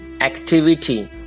activity